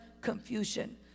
confusion